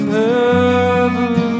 heaven